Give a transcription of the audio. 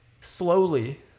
Slowly